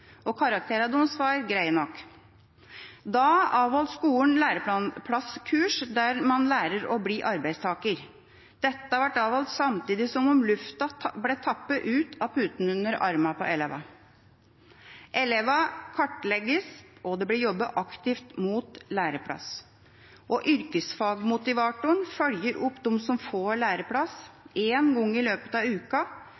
og karakterene deres var greie nok. Da avholdt skolen læreplasskurs der man lærer å bli arbeidstaker. Dette ble avholdt samtidig som lufta ble tappet ut av putene under armene på elevene. Elevene kartlegges, og det blir jobbet aktivt mot læreplass. Yrkesfagmotivatoren følger opp dem som får læreplass,